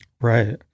Right